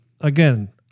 again